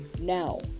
now